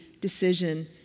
decision